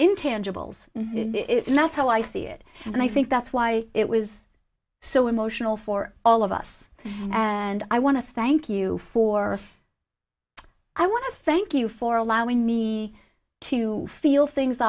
intangibles it's not how i see it and i think that's why it was so emotional for all of us and i want to thank you for i want to thank you for allowing me to feel things